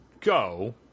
go